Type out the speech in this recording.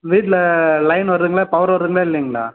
வீட்டில் லைன் வருதுங்களா பவர் வருதுங்களா இல்லைங்களா